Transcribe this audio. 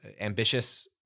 ambitious